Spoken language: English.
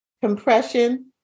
compression